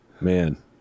Man